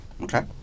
Okay